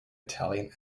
italian